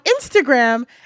Instagram